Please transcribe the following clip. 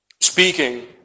speaking